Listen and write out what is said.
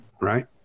right